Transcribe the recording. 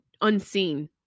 unseen